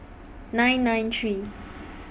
nine nine three